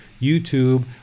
YouTube